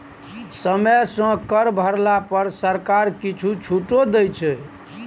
समय सँ कर भरला पर सरकार किछु छूटो दै छै